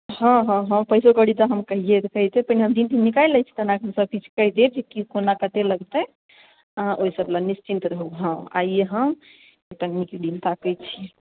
हँ हँ हँ पैसो कौड़ी तऽ हम कहिए देब पहिने हम दिन तिन निकालि लै छी तखन हम अहाँकेँ सभकिछु कहि देब जे की कोना कतेक लगतै अहाँ ओहिसभ लेल निश्चिंत रहू हँ आइए हम एकटा नीक दिन ताकै छी